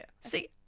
See